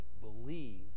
believe